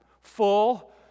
full